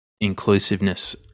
inclusiveness